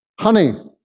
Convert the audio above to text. Honey